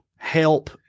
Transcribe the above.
help